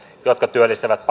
jotka työllistävät